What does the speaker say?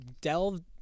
delved